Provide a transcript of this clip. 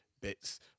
bits